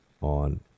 on